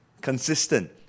Consistent